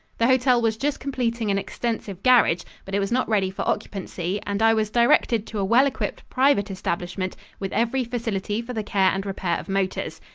the hotel was just completing an extensive garage, but it was not ready for occupancy and i was directed to a well equipped private establishment with every facility for the care and repair of motors.